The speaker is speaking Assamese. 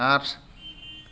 আঠ